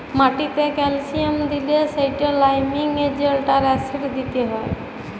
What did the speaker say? মাটিতে ক্যালসিয়াম দিলে সেটতে লাইমিং এজেল্ট আর অ্যাসিড দিতে হ্যয়